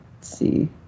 see